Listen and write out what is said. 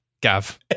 Gav